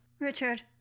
Richard